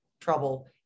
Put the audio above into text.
trouble